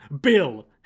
Bill